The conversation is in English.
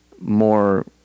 more